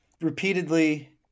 repeatedly